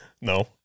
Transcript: No